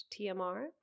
tmr